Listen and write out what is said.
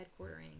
headquartering